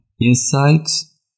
insights